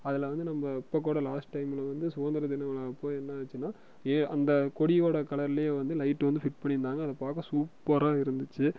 அதில் வந்து நம்ம இப்போ கூட லாஸ்ட் டைமில வந்து சுகந்திர தினம் அப்போ என்ன ஆச்சுன்னா ஏ அந்த கொடியோட கலர்லயே வந்து லைட் வந்து ஃபிட் பண்ணிருந்தாங்க அதை பார்க்க சூப்பராக இருந்துச்சு